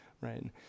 right